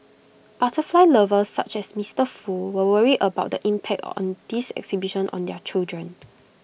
butterfly lovers such as Mister Foo were worried about the impact on this exhibition on their children